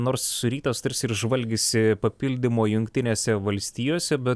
nors rytas tarsi ir žvalgėsi papildymo jungtinėse valstijose bet